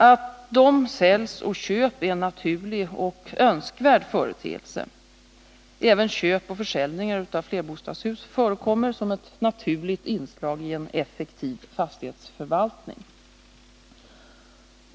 Att dessa säljs och köps är en naturlig och önskvärd företeelse. Även köp och försäljningar av flerbostadshus förekommer som ett naturligt inslag i en effektiv fastighetsförvaltning.